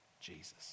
Jesus